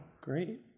Great